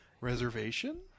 Reservation